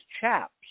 chaps